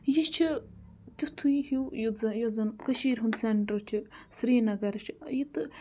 یہِ چھُ تیُتھُے ہیوٗ یُتھ زن یُس زَن کٔشیٖر ہُنٛد سٮ۪نٹَر چھِ سرینَگَر چھُ یہِ تہٕ